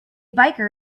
biker